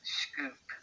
scoop